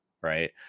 right